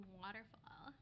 waterfall